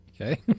okay